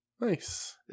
Nice